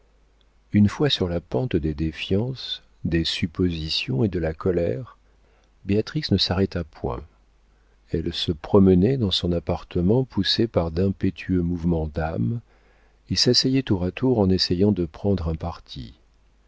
une fois sur la pente des défiances des suppositions et de la colère béatrix ne s'arrêta point elle se promenait dans son appartement poussée par d'impétueux mouvements d'âme et s'asseyait tour à tour en essayant de prendre un parti